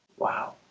wow,